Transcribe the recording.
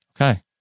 Okay